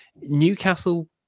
Newcastle